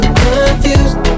confused